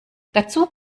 dazu